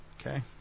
Okay